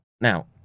now